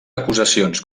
acusacions